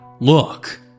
Look